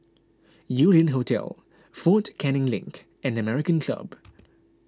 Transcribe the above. Yew Lian Hotel fort Canning Link and American Club